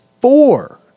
four